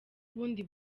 ubundi